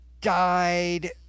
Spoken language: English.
died